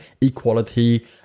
equality